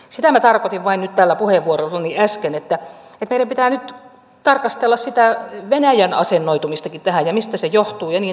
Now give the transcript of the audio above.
sitä minä vain tarkoitin nyt tällä puheenvuorollani äsken että meidän pitää nyt tarkastella sitä venäjän asennoitumistakin tähän ja sitä mistä se johtuu ja niin edelleen